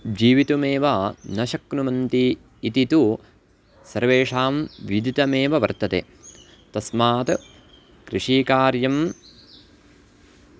जीवितुमेव न शक्नुवन्ति इति तु सर्वेषां विदितमेव वर्तते तस्मात् कृषिकार्यं